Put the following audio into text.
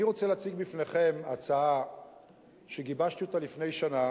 אני רוצה להציג בפניכם הצעה שגיבשתי לפני שנה